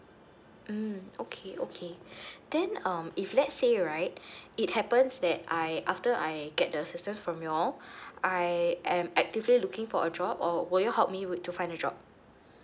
mm okay okay then um if let's say right it happens that I after I get the assistance from you all I am actively looking for a job or would you help me would to find a job